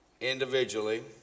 individually